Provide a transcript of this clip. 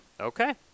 Okay